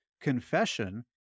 confession